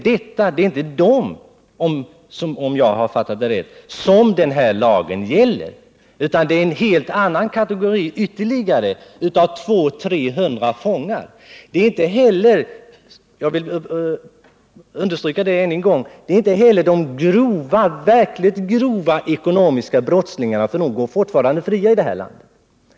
Det är inte dem, om jag har 139 fattat rätt, som den här lagen gäller. Jag vill understryka ännu en gång att det inte heller är de verkligt grova ekonomiska brottslingarna det gäller, för de går fortfarande fria i det här landet.